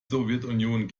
sowjetunion